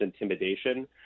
intimidation